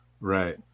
Right